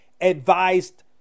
advised